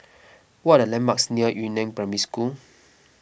what are the landmarks near Yu Neng Primary School